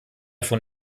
von